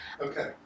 okay